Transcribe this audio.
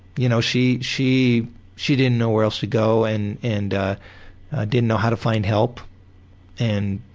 you know she, she she didn't know where else to go and and ah didn't know how to find help and